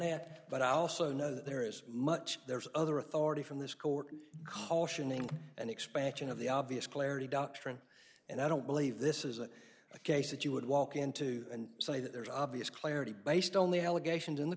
that but i also know that there is much there's other authority from this court cautioning an expansion of the obvious clarity doctrine and i don't believe this is a case that you would walk into and say that there's obvious clarity based only allegations in the